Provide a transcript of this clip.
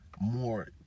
more